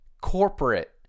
corporate